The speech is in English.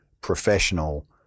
professional